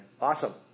Awesome